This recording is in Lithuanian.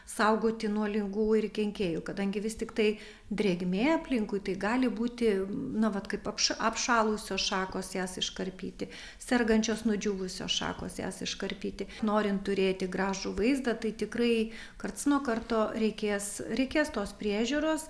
saugoti nuo ligų ir kenkėjų kadangi vis tiktai drėgmė aplinkui tai gali būti na vat kaip apša apšalusios šakos jas iškarpyti sergančios nudžiūvusios šakos jas iškarpyti norint turėti gražų vaizdą tai tikrai karts nuo karto reikės reikės tos priežiūros